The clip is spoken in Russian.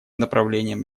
направлением